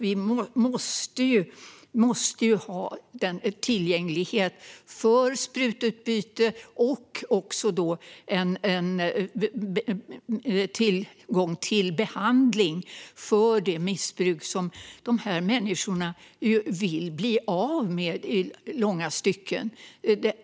Vi måste tillgängliggöra sprututbyte och även behandling för det missbruk som de här människorna ju vill bli av med i långa stycken.